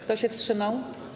Kto się wstrzymał?